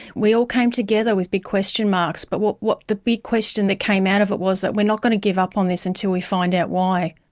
we all came together with big question marks, but what what the big question that came out of it was that we're not going to give up on this until we find out why.